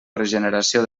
regeneració